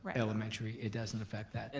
ah elementary, it doesn't affect that. and